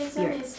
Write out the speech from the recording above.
be right